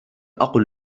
أقل